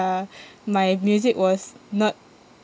my music was not